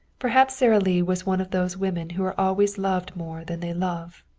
perhaps sara lee was one of those women who are always loved more than they love.